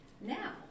Now